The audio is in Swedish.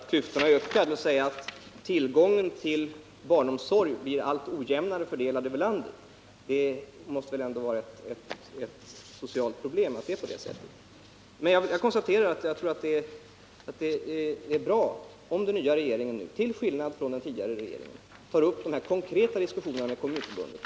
Herr talman! Det måste väl ändå vara ett socialt problem att klyftorna ökar, dvs. att tillgången till barnomsorg blir allt ojämnare fördelad över landet. Men det är bra om den nya regeringen, till skillnad från den förra, tar upp konkreta diskussioner med Kommunförbundet.